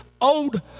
Old